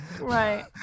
Right